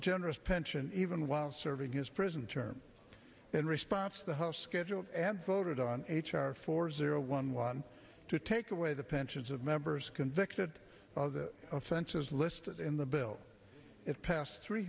generous pension even while serving his prison term in response the house scheduled and voted on h r four zero one one to take away the pensions of members convicted of the offenses listed in the bill it passed three